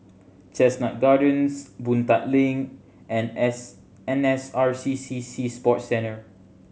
Chestnut Gardens Boon Tat Link and S N S R C C Sea Sports Centre